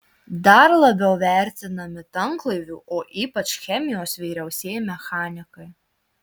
dar labiau vertinami tanklaivių o ypač chemijos vyriausieji mechanikai